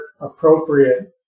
appropriate